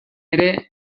ere